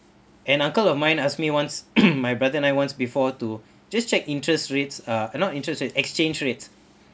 an uncle of mine asked me once my brother and I once before to just check interest rates uh not interest rates exchange rates